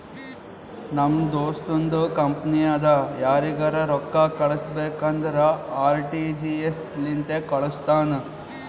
ನಮ್ ದೋಸ್ತುಂದು ಕಂಪನಿ ಅದಾ ಯಾರಿಗರೆ ರೊಕ್ಕಾ ಕಳುಸ್ಬೇಕ್ ಅಂದುರ್ ಆರ.ಟಿ.ಜಿ.ಎಸ್ ಲಿಂತೆ ಕಾಳುಸ್ತಾನ್